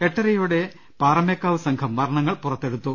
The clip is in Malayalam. എട്ടരയോടെ പാറമേക്കാവ് സംഘം വർണ്ണങ്ങൾ പുറത്തെടുത്തു